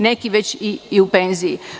Neki već i u penziji.